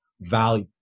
value